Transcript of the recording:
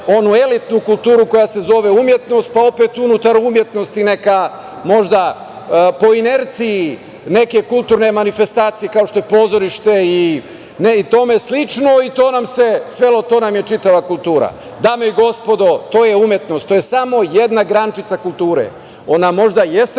onu elitnu kulturu, koja se zove umetnost, pa opet unutar umetnosti možda neke kulturne manifestacije, kao što je pozorište i tome slično i to nam je čitava kultura. Dame i gospodo, to je umetnost. To je samo jedna grančica kulture. Ona možda jeste